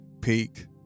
peak